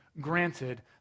granted